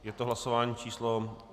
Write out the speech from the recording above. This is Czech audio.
Je to hlasování číslo 178.